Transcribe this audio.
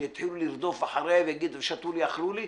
שיתחילו לרדוף אחרי ויגידו - שתו לי, אכלו לי.